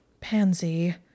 Pansy